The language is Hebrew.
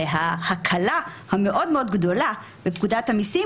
שההקלה המאוד מאוד גדולה בפקודת המסים,